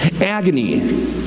Agony